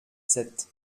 sept